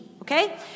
Okay